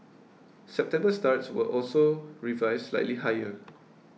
September starts were also revised slightly higher